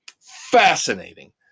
Fascinating